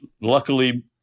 luckily